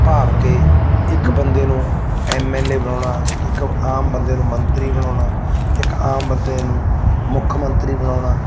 ਭਾਵ ਕਿ ਇੱਕ ਬੰਦੇ ਨੂੰ ਐਮ ਐਲ ਏ ਬਣਾਉਣਾ ਇੱਕ ਆਮ ਬੰਦੇ ਨੂੰ ਮੰਤਰੀ ਬਣਾਉਣਾ ਇੱਕ ਆਮ ਬੰਦੇ ਨੂੰ ਮੁੱਖ ਮੰਤਰੀ ਬਣਾਉਣਾ